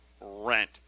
rent